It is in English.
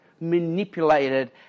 manipulated